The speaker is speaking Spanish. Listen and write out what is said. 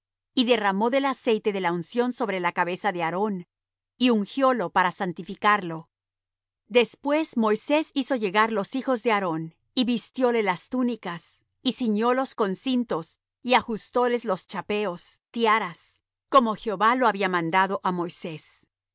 y derramó del aceite de la unción sobre la cabeza de aarón y ungiólo para santificarlo después moisés hizo llegar los hijos de aarón y vistióles las túnicas y ciñólos con cintos y ajustóles los chapeos tiaras como jehová lo había mandado á moisés